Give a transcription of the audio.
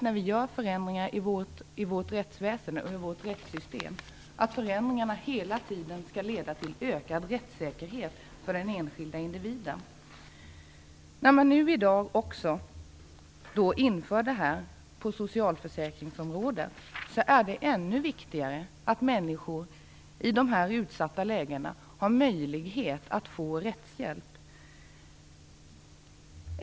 När vi gör förändringar i vårt rättsväsende och i vårt rättssystem är det viktigt att förändringarna hela tiden skall leda till ökad rättssäkerhet för den enskilde individen. När man i dag nu också inför tvåpartsprocess på socialförsäkringsområdet är det ännu viktigare att människor i utsatta lägen har möjlighet att få rättshjälp.